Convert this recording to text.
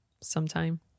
sometime